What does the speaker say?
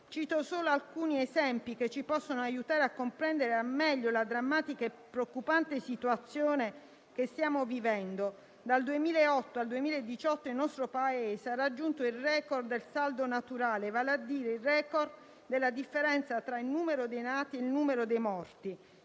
Cito solo alcuni esempi, che ci possono aiutare a comprendere al meglio la drammatica e preoccupante situazione che stiamo vivendo. Dal 2008 al 2018 il nostro Paese ha raggiunto il *record* del saldo naturale, vale a dire il *record* della differenza tra il numero dei nati e quello dei morti,